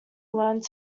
learned